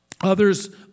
others